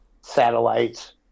satellites